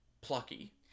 plucky